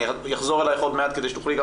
אני אחזור אליך עוד מעט כדי שתוכלי גם